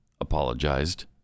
apologized